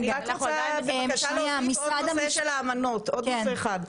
עוד נושא לגבי האמנות הבין-לאומיות.